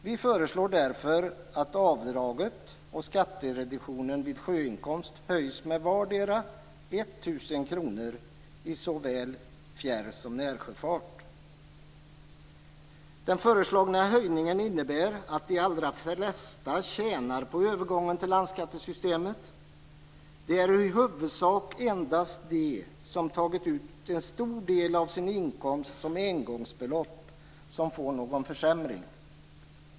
Vi föreslår därför att avdraget och skattereduktionen vid sjöinkomst höjs med vardera 1 000 kr i såväl fjärr som närsjöfart. Den föreslagna höjningen innebär att de allra flesta tjänar på övergången till landskattesystemet. Det är i huvudsak endast de som tagit ut en stor del av sin inkomst som engångsbelopp som får någon försämring.